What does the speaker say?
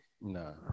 No